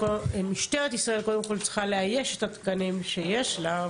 משטרת ישראל קודם כל צריכה לאייש את התקנים שיש לה,